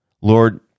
Lord